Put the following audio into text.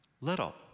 little